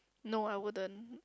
no I wouldn't